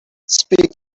speak